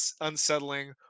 unsettling